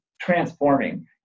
transforming